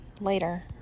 later